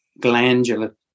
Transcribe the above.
Glandular